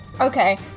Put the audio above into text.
Okay